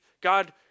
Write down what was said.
God